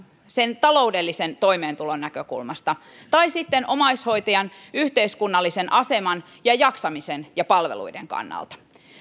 sen taloudellisen toimeentulon näkökulmasta tai sitten omaishoitajan yhteiskunnallisen aseman ja jaksamisen ja palveluiden kannalta